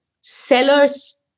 sellers